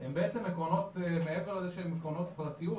הם בעצם עקרונות מעבר לזה שהם עקרונות פרטיות,